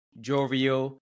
jovial